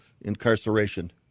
incarceration